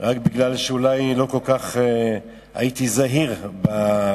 רק כי אולי לא כל כך הייתי זהיר בקריאת